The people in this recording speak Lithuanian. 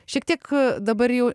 šiek tiek dabar jau